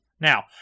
Now